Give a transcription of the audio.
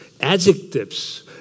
adjectives